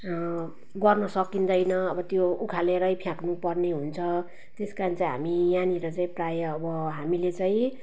गर्न सकिँदैन अब त्यो उखालेरै फ्याँक्नुपर्ने हुन्छ त्यस कारण चाहिँ हामी यहाँनिर चाहिँ प्रायः अब हामीले चाहिँ